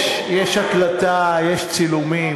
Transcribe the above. הרגו, יש הקלטה, יש צילומים.